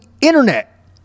internet